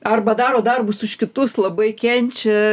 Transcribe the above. arba daro darbus už kitus labai kenčia